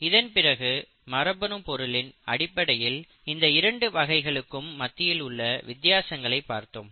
இதன்பிறகு மரபணு பொருளின் அடிப்படையில் இந்த இரண்டு வகைகளுக்கு மத்தியில் உள்ள வித்தியாசங்களை பார்த்தோம்